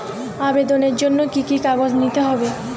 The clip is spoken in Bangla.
আবেদনের জন্য কি কি কাগজ নিতে হবে?